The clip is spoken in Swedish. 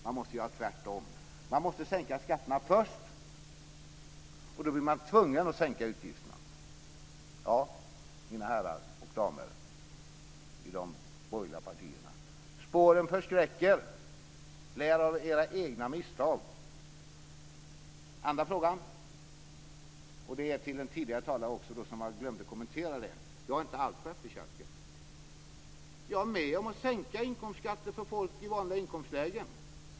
Man måste göra tvärtom och först sänka skatterna. Då blir man tvungen att minska utgifterna. Ja, mina herrar och damer i de borgerliga partierna, spåren förskräcker - lär av era egna misstag! Sedan till nästa fråga. Jag vänder mig då också till talaren här tidigare, för jag glömde att göra en kommentar. Jag är inte alls på efterkälken, utan jag är med om att sänka inkomstskatten för folk i vanliga inkomstlägen.